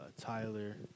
Tyler